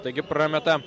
taigi prameta